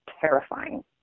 terrifying